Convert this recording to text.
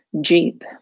jeep